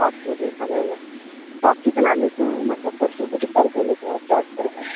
آپ کو دیکھا جائے گا آپ کتنا لیتے ہیں مطلب پر فوٹو کتنا روپیہ لیتے ہیں چارج کرتے ہیں